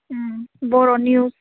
Om Boro news